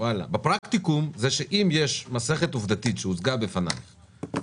בפרקטיקום זה שאם יש מסכת עובדתית שהוצגה בפניך,